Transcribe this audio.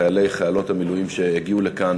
חיילי וחיילות המילואים שהגיעו לכאן